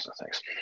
Thanks